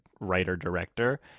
writer-director